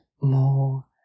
more